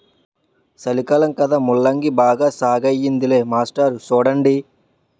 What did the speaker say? సలికాలం కదా ముల్లంగి బాగా సాగయ్యిందిలే మాస్టారు సూడండి